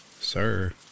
Sir